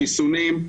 חיסונים,